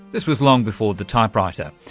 this was long before the type-writer.